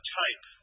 type